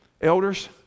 elders